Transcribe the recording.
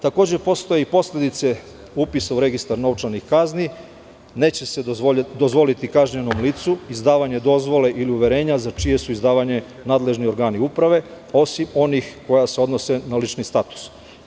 Takođe, postoji posledice upisa u registar novčanih kazni, neće se dozvoliti kažnjenom licu izdavanje dozvole ili uverenja za čije su izdavanje nadležni organi uprave osim onih koja se odnose na lični status.